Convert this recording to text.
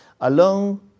Alone